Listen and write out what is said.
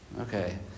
Okay